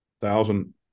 thousand